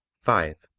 five.